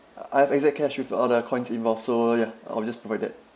I have exact cash with all the coins involved so ya I'll just provide it